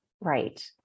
right